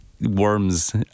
worms